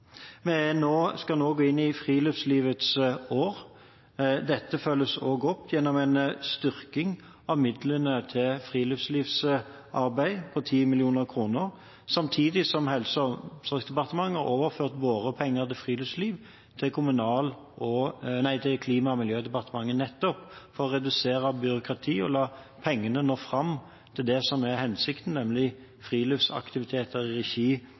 Vi skal nå gå inn i friluftslivets år. Dette følges også opp gjennom en styrking av midlene til friluftslivsarbeid på 10 mill. kr, samtidig som Helse- og omsorgsdepartementet overførte våre penger til friluftsliv til Klima- og miljødepartementet, nettopp for å redusere byråkrati og la pengene nå fram til det som er hensikten, nemlig friluftsaktivitet i regi